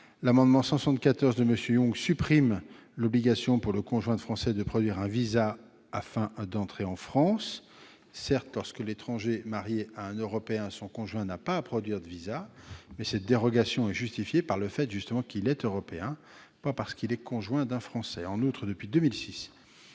L'amendement n° 174 rectifié tend à supprimer l'obligation, pour le conjoint de Français, de produire un visa afin d'entrer en France. Certes, lorsque l'étranger est marié à un Européen, son conjoint n'a pas à produire de visa, mais cette dérogation est justifiée par le fait qu'il est européen, non par celui d'être le conjoint d'un Français. En outre, depuis 2006,